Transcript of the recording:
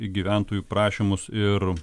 į gyventojų prašymus ir